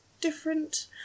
different